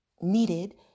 needed